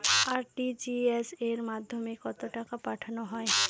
RTGS এর মাধ্যমে কত টাকা পাঠানো যায়?